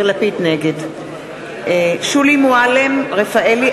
נגד שולי מועלם-רפאלי,